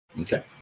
Okay